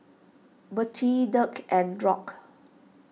Bertie Dirk and Rock